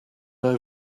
over